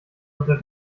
unter